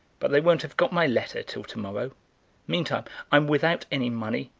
but they won't have got my letter till to-morrow meantime i'm without any money,